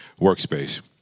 workspace